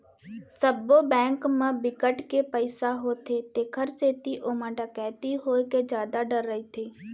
सबो बेंक म बिकट के पइसा होथे तेखर सेती ओमा डकैती होए के जादा डर रहिथे